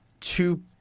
two –